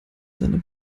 seiner